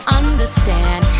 understand